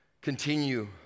continue